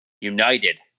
United